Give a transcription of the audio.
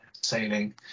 sailing